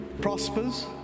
prospers